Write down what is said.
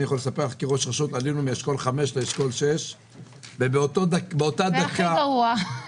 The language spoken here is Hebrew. אני יכול לספר שכראש רשות עלינו מאשכול 5 לאשכול 6. זה הכי גרוע.